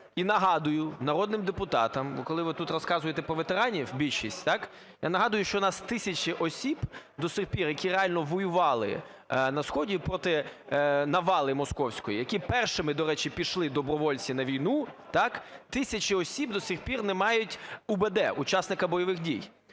і нагадаю народним депутатам… Бо коли ви тут розказуєте про ветеранів, більшість, так, я нагадаю, що у нас тисячі осіб до сих пір, які реально воювали на сході проти навали московської, які першими, до речі, пішли добровольці на війну, так, тисячі осіб до сих пір не мають УБД – учасника бойових дій.